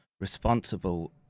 responsible